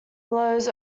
blows